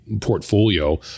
portfolio